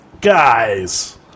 guys